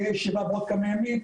תהיה ישיבה עוד כמה ימים,